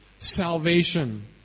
salvation